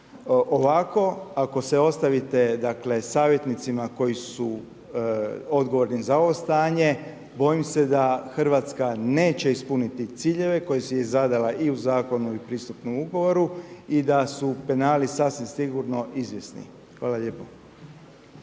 Ovako ako se ostavite savjetnicima koji su odgovorni za ovo stanje bojim se da Hrvatska neće ispuniti ciljeve koje si je zadala i u zakonu i pristupnom ugovoru i da su penali sasvim sigurno izvjesni. Hvala lijepo.